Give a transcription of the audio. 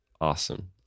Awesome